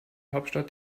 hauptstadt